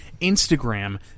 Instagram